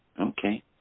Okay